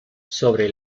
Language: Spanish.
sobre